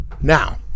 Now